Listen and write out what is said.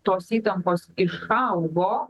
tos įtampos išaugo